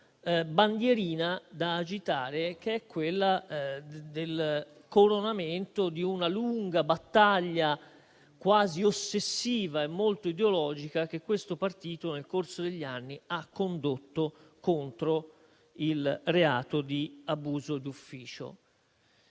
si dà da agitare la bandierina del coronamento di una lunga battaglia, quasi ossessiva e molto ideologica, che questo partito nel corso degli anni ha condotto contro il reato di abuso d'ufficio.